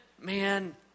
man